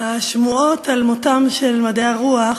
השמועות על מותם של מדעי הרוח,